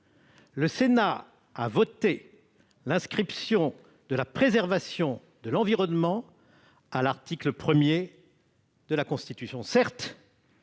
le Sénat a voté l'inscription de la préservation de l'environnement à l'article 1 de la Constitution.